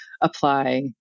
apply